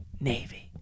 Navy